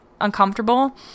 uncomfortable